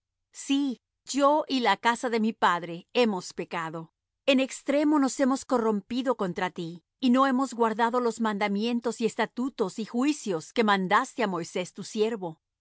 sí yo y la casa de mi padre hemos pecado en extremo nos hemos corrompido contra ti y no hemos guardado los mandamientos y estatutos y juicios que mandaste á moisés tu siervo